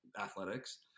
athletics